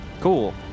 Cool